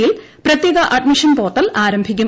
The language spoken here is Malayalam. യിൽ പ്രത്യേക അഡ്മിഷൻ പോർട്ടൽ ആരംഭിക്കും